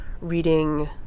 reading